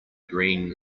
green